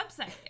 website